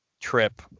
trip